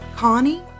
Connie